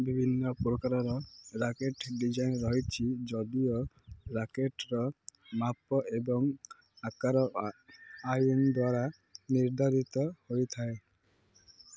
ବିଭିନ୍ନ ପ୍ରକାରର racket design ରହିଛି ଯଦିଓ ରାକେଟ୍ର ମାପ ଏବଂ ଆକାର ଆଇନ ଦ୍ୱାରା ନିର୍ଦ୍ଧାରିତ ହୋଇଥାଏ